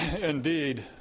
indeed